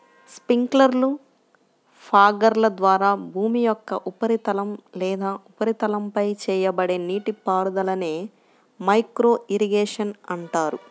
స్ప్రింక్లర్లు, ఫాగర్ల ద్వారా భూమి యొక్క ఉపరితలం లేదా ఉపరితలంపై చేయబడే నీటిపారుదలనే మైక్రో ఇరిగేషన్ అంటారు